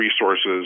resources